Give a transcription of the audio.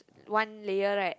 one layer right